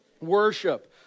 Worship